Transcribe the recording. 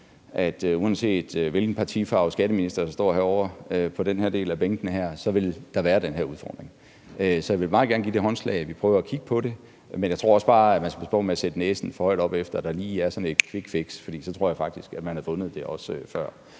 at uanset hvilken partifarve skatteministeren herovre ved den her del af bænkene har, vil der være den her udfordring. Så jeg vil meget gerne give håndslag på, at vi prøver at kigge på det, men jeg tror også bare, at man skal passe på med at sætte næsen for højt op efter, at der lige er sådan et quickfix, for så tror jeg faktisk også, at man havde fundet det før.